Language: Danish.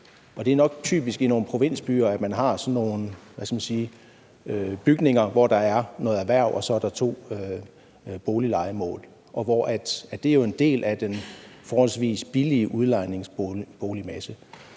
Det er nok typisk i nogle provinsbyer, at man har sådan nogle bygninger, hvor der er noget erhverv og så to boliglejemål, og hvor det jo er en del af den forholdsvis billige udlejningsboligmasse.